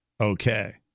okay